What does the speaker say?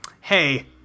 Hey